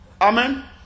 Amen